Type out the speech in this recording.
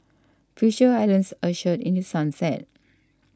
Future Islands ushered in The Sunset